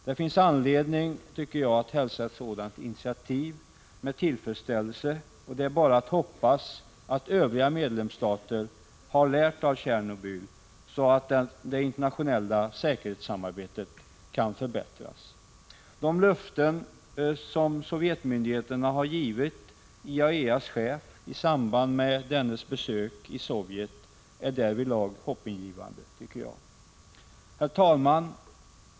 Det finns anledning att hälsa ett sådant initiativ med tillfredsställelse, och det är bara att hoppas att övriga medlemsstater har lärt av olyckan i Tjernobyl, så att det internationella säkerhetssamarbetet kan förbättras. De löften som de sovjetiska myndigheterna har gett IAEA:s chef isamband med dennes besök i Sovjet är därvidlag hoppingivande. Herr talman!